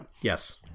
Yes